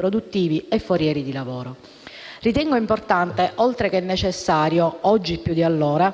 produttivi e forieri di lavoro. Ritengo importante oltre che necessario, oggi più di allora,